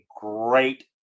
great